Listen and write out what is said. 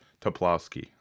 Toplowski